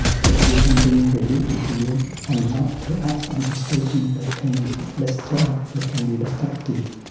ah so that but and you can bring relief into you and not to act and to say things that can destroy, that can be destructive.